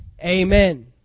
amen